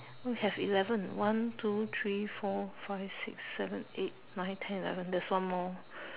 we have eleven one two three for five six seven eight nine ten eleven there's one more